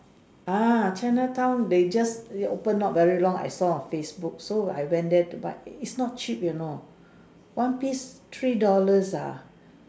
ah Chinatown they just open not very long I saw on Facebook so I went there to buy eh is not cheap you know one piece three dollars ah